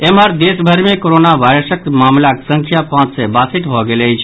एम्हर देश भरि मे कोरोना वायरसक मामिलाक संख्या पांच सय बासठ भऽ गेल अछि